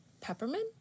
peppermint